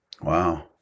wow